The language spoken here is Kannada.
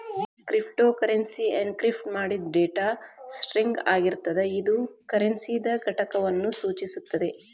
ಕ್ರಿಪ್ಟೋಕರೆನ್ಸಿ ಎನ್ಕ್ರಿಪ್ಟ್ ಮಾಡಿದ್ ಡೇಟಾ ಸ್ಟ್ರಿಂಗ್ ಆಗಿರ್ತದ ಇದು ಕರೆನ್ಸಿದ್ ಘಟಕವನ್ನು ಸೂಚಿಸುತ್ತದೆ